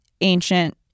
ancient